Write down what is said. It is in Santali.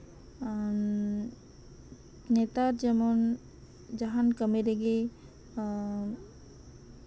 ᱱᱮᱛᱟᱨ ᱡᱮᱢᱚᱱ ᱡᱟᱦᱟᱱ ᱠᱟᱢᱤ ᱨᱮᱜᱮ ᱮᱸᱜ